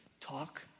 talk